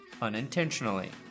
Unintentionally